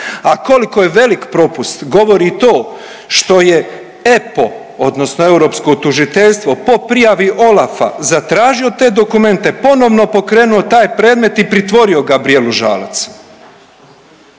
a koliko je velik propust govori to što je EPPO odnosno europsko tužiteljstvo po prijavi OLAF-a zatražio te dokumente, ponovno pokrenuo taj predmet i pritvorio Gabrijelu Žalac.